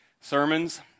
sermons